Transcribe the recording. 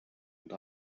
und